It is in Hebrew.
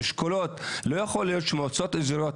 אשכולות לא יכול להיות שמועצות אזוריות